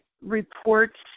reports